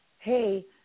hey